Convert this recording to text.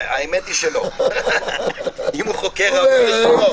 האמת היא שלא, אם הוא חוקר ראוי לשמו.